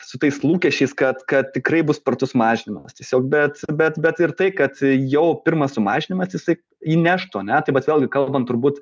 su tais lūkesčiais kad kad tikrai bus spartus mažinimas tiesiog bet bet bet ir tai kad jau pirmą sumažinimas jisai įneštų ane tai mes vėlgi kalbam turbūt